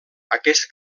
aquest